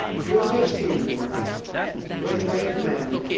here this evening is a very brave man